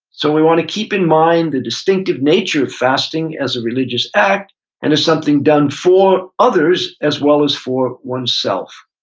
so, we wanna keep in mind the distinctive nature of fasting as a religious act and as something done for others as well as for one's self.